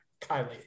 Kylie